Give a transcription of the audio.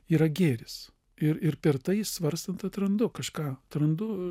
yra gėris ir ir per tai svarstant atrandu kažką atrandu